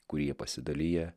kurie pasidaliję